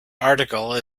article